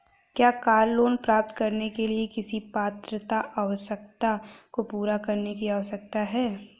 क्या car loan प्राप्त करने के लिए किसी पात्रता आवश्यकता को पूरा करने की आवश्यकता है?